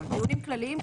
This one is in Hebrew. דיונים כלליים,